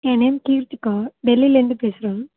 என் name Keerthika டெல்லிலேருந்து பேசுகிறேன்